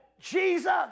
Jesus